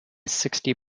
sixty